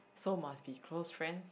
so must be close friends